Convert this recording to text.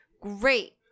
great